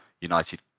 United